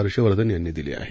हर्षवर्धन यांनी दिली आहे